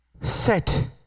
Set